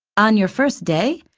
on your first day?